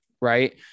right